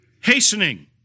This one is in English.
hastening